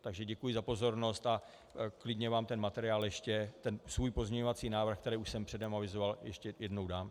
Takže děkuji za pozornost a klidně vám ten materiál, ten svůj pozměňovací návrh, který už jsem předem avizoval, ještě jednou dám.